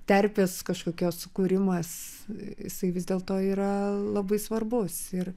terpės kažkokios sukūrimas jisai vis dėl to yra labai svarbus ir